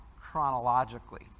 chronologically